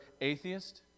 atheist